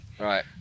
Right